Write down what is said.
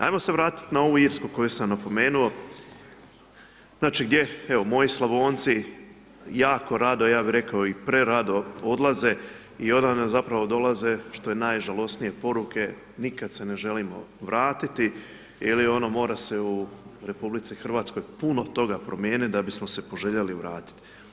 Ajmo se vratiti na ovu Irsku koju sam napomenuo, znači gdje evo moji Slavonci jako rado, ja bi rekao i prerado odlaze i onda zapravo dolaze što je najžalosnije poruke, nikad se ne želimo vratiti ili ono mora se u RH puno toga promijeniti da bismo se poželjeli vratiti.